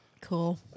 Cool